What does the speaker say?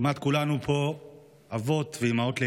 כמעט כולנו פה אבות ואימהות לילדים.